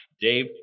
Dave